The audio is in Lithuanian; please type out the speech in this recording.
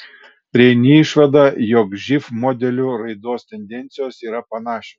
prieini išvadą jog živ modelių raidos tendencijos yra panašios